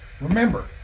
remember